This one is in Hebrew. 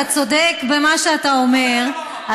אתה צודק במה שאתה אומר,